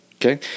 Okay